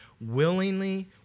willingly